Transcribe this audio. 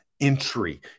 entry